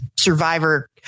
survivor